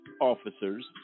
officers